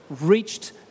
reached